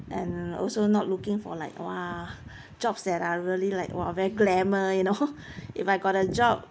and also not looking for like !wah! jobs that are really like !wah! very glamour you know if I got a job err